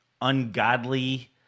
ungodly